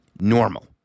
Normal